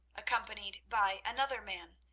accompanied by another man,